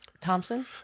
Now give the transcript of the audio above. Thompson